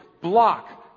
block